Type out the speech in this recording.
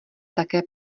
také